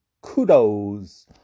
Kudos